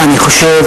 אני חושב